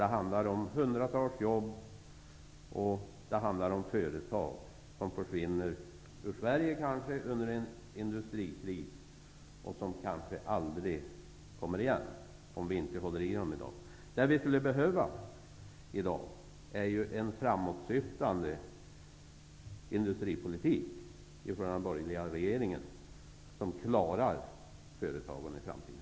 Det handlar om hundratals jobb, och det handlar om företag som kanske försvinner ur Sverige under en industrikris och som kanske, om vi inte håller kvar dem i dag, aldrig kommer igen. Det vi skulle behöva i dag är en framåtsyftande industripolitik från den borgerliga regeringen, en politik som ser till att vi klarar företagen för framtiden.